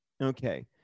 okay